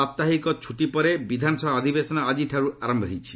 ସାପ୍ତାହିକ ଛୁଟି ପରେ ବିଧାନସଭା ଅଧିବେଶନ ଆଜିଠାରୁ ଆରମ୍ଭ ହେଉଛି